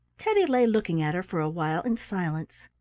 teddy lay looking at her for a while in silence.